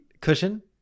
cushion